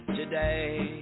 today